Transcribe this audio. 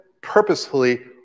purposefully